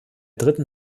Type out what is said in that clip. dritten